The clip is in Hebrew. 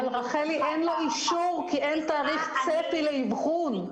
אין תאריך צפי לאבחון.